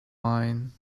mine